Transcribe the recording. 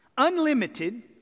Unlimited